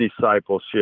discipleship